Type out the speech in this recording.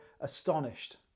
astonished